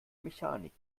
mechanik